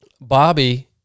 Bobby